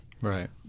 Right